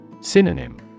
Synonym